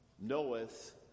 knoweth